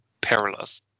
perilous